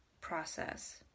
process